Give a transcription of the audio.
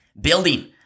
building